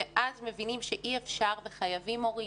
ואז מבינים שאי אפשר וחייבים מורים.